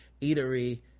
eatery